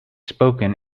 spoken